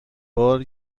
بار